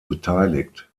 beteiligt